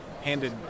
handed